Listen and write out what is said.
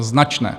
Značné.